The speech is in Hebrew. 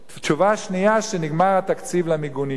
תשובה שנייה, שנגמר התקציב למיגוניות.